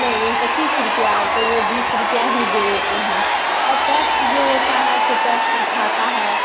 नहीं पच्चीस रुपये तो वो बीस रुपये ही दे देतें हैं और पैक्स जो होता है सो पैक्स उठाता है